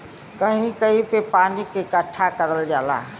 कहीं कहीं पे पानी के इकट्ठा करल जाला